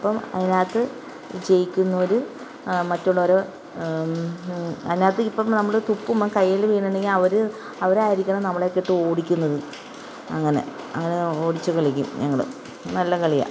അപ്പം അതിനകത്ത് ജയിക്കുന്നവർ മറ്റുള്ളവരും അതിനകത്ത് ഇപ്പം നമ്മൾ തുപ്പുമ്പം കയ്യിൽ വീണിട്ടുണ്ടെങ്കിൽ അവർ അവരായിരിക്കണം നമ്മളെയോക്കെ ഇട്ടോടിക്കുന്നത് അങ്ങനെ അങ്ങനെ ഓടിച്ച് കളിക്കും ഞങ്ങൾ നല്ല കളിയാണ്